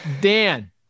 Dan